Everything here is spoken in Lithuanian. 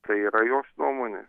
tai yra jos nuomonė